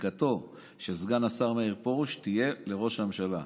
זיקתו של סגן השר מאיר פרוש תהיה לראש הממשלה,